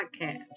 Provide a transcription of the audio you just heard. podcast